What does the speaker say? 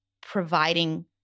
providing